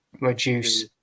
reduce